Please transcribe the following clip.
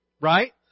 Right